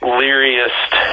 leariest